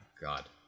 God